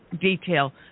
detail